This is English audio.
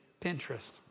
Pinterest